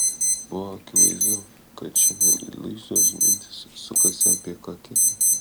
buvo akivaizdu kad šiandien luizos mintys sukasi apie ką kita